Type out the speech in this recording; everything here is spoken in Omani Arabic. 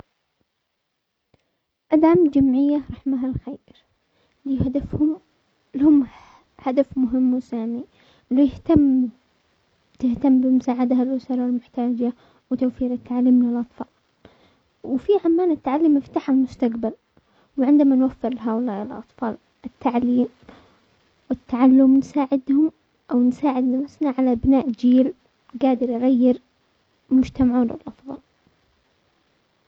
ادعم جمعية رحمة الخير لهدفهم، لهم هدف مهم وسامي بيهتم تهتم بمساعدة الاسر المحتاجة وتوفير التعليم للاطفال وفي عمان التعلم يفتح المستقبل، وعندما نوفر لهؤلاء الاطفال التعليم والتعلم نساعدهم او نساعد نفسنا على بناء جيل قادر يغير مجتمعنا للافضل.